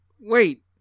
Wait